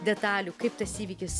detalių kaip tas įvykis